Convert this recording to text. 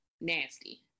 nasty